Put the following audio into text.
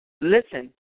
Listen